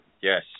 Yes